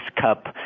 cup